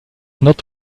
not